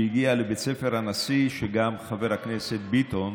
שהגיע לבית ספר הנשיא, וגם חבר הכנסת ביטון